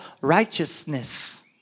righteousness